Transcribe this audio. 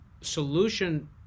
solution